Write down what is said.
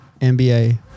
NBA